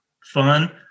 fun